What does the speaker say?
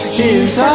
is